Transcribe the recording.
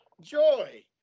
joy